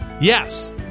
Yes